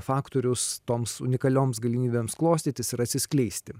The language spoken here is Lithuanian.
faktorius toms unikalioms galimybėms klostytis ir atsiskleisti